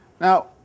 Now